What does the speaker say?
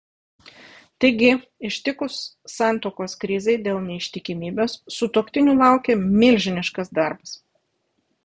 taigi ištikus santuokos krizei dėl neištikimybės sutuoktinių laukia milžiniškas darbas